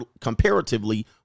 comparatively